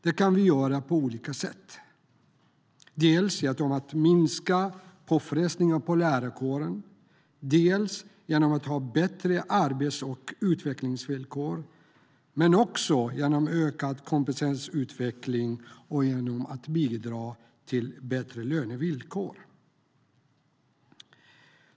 Det kan vi göra på flera olika sätt, dels genom att minska påfrestningarna på lärarkåren, dels genom att ha bättre arbets och utvecklingsvillkor men också genom ökad kompetensutveckling och genom att bidra till bättre lönevillkor.